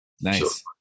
Nice